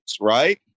right